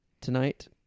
tonight